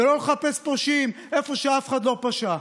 ולא לחפש פושעים איפה שאף אחד לא פשע.